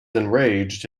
enraged